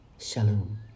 Shalom